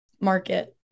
market